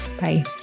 Bye